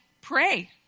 pray